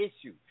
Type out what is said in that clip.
issue